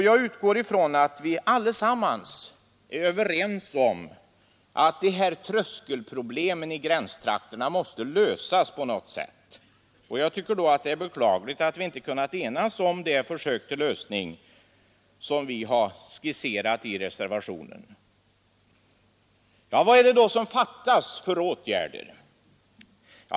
Jag utgår från att vi alla är överens om att tröskelproblemen i gränsområdena måste lösas på något sätt. Det är då beklagligt att utskottet inte kunnat enas om det försök till lösning som vi skisserat i reservationen. Vilka åtgärder är det då som saknats?